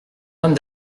homme